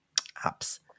apps